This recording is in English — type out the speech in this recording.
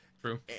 True